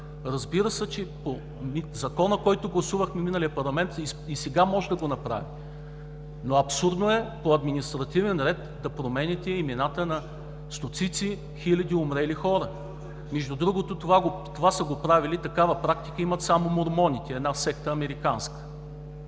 разбира се, Законът, който гласувахме миналия парламент, и сега може да го направи. Но е абсурдно по административен ред да променяте имената на стотици хиляди умрели хора! Между другото, такава практика имат само мормоните – една американска